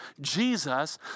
Jesus